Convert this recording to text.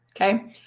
Okay